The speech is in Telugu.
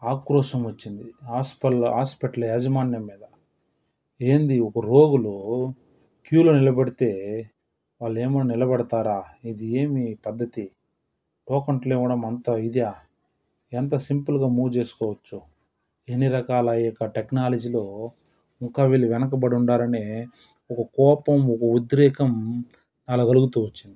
ఆక్రోషం వచ్చింది ఆస్పల్ల హాస్పిటల్ యాజమాన్యం మీద ఏంటి ఒక రోగులు క్యూలో నిలబడితే వాళ్ళు ఏమో నిలబడతారా ఇది ఏమి పద్ధతి టోకెన్లు ఇవ్వడం అంతా ఇదే ఎంత సింపుల్గా మూవ్ చేసుకోవచ్చు ఎన్ని రకాల ఈ యొక్క టెక్నాలజీలో ఇంకా వీళ్ళు వెనకబడి ఉండారని ఒక కోపం ఒక ఉద్రేగం నాలో కలుగుతూ వచ్చింది